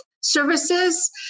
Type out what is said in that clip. services